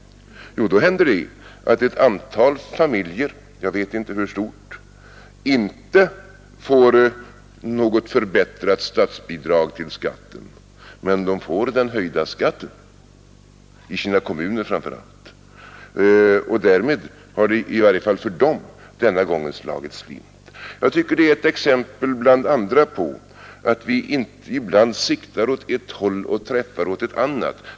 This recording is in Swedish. Jo, då blir det så att ett antal familjer — jag vet inte hur stort — inte får något förbättrat statsbidrag till skatten, men de får den höjda skatten i sina kommuner. Därmed har det, i varje fall för dem, slagit slint denna gång. Jag tycker att det är ett exempel bland andra på att vi ibland siktar åt ett håll och träffar åt ett annat.